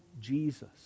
Jesus